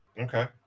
okay